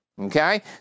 okay